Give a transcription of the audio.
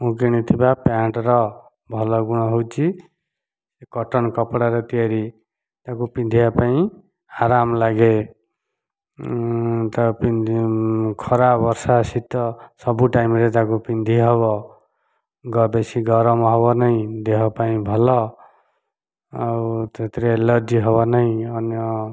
ମୁଁ କିଣିଥିବା ପ୍ୟାଣ୍ଟ୍ର ଭଲ ଗୁଣ ହେଉଛି ସେ କଟନ୍ କପଡ଼ାରେ ତିଆରି ତାକୁ ପିନ୍ଧିବା ପାଇଁ ଆରାମ ଲାଗେ ପିନ୍ଧି ଖରା ବର୍ଷା ଶୀତ ସବୁ ଟାଇମ୍ରେ ତାକୁ ପିନ୍ଧି ହେବ ବେଶୀ ଗରମ ହେବ ନାହିଁ ଦେହ ପାଇଁ ଭଲ ଆଉ ସେଥିରେ ଆଲର୍ଜୀ ହେବାର ନାଇଁ ଅନ୍ୟ